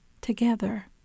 together